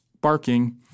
barking